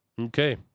Okay